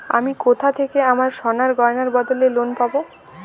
আমি কোথা থেকে আমার সোনার গয়নার বদলে লোন পাবো?